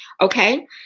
Okay